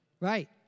Right